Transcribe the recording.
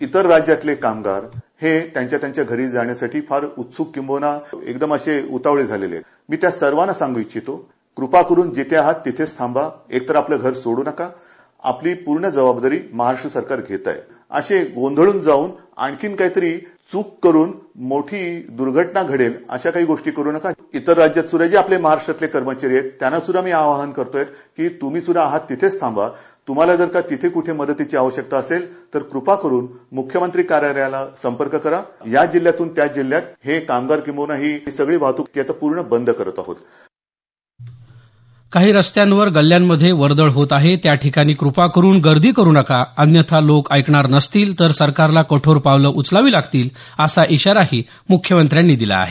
इतर राज्यातील कामगार हे त्यांच्या घरी जाण्यासाठी फार उत्सुक किंब्हुना एकदम उतावळे झालेले आहेत त्या सर्वांना सांगू इच्छितो कृपा करून जिथे आहात तिथेच थांबा एकतर आपले घर सोडू नका आपली पूर्ण जबाबदारी महाराष्ट्र सरकार घेत आहे असे गोंधळून जाऊन आणखीन नका काहीतरी चूक करून मोठी दर्घटना घडेल अशा काही गोष्टी करू नका इतर राज्यात जिथं आपले कर्मचारी आहेत त्यांना सुद्धा मी आवाहन करतो मी तुम्ही सुद्धा आहात तिथेच थांबा तुम्हाला जर का तिथे कुठे मदतीची आवश्यकता असेल तर कृपा करून मुख्यमंत्री कार्यालयाला संपर्क करा या जिल्ह्यातून त्या जिल्ह्यात हे कामगार किंबहुना ही सगळी वाहतुक पूर्ण बंद करत आहोत काही रस्त्यांवर गल्ल्यांमध्ये वर्दळ होत आहे त्याठिकाणी कृपा करून गर्दी करू नका अन्यथा लोक ऐकणार नसतील तर सरकारला कठोर पावलं उचलावी लागतील असा इशाराही मुख्यमंत्र्यांनी दिला आहे